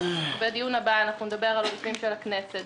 בדיון הבא אנחנו נדבר על נושאים של הכנסת,